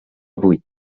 buit